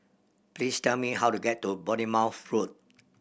please tell me how to get to Bournemouth Road